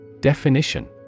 Definition